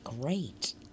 great